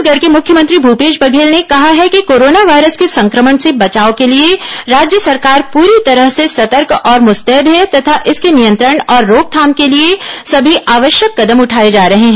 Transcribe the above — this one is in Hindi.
छत्तीसगढ़ के मुख्यमंत्री भूपेश बघेल ने कहा है कि कोरोना वायरस के संक्रमण से बचाव के लिए राज्य सरकार पूरी तरह से सतर्क और मुस्तैद है तथा इसके नियंत्रण और रोकथाम के लिए समी आवश्यक कदम उठाए जा रहे हैं